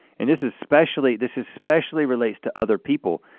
and this especially this especially relates to other people,